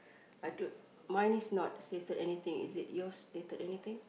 I thought mine is not stated anything is it yours stated anything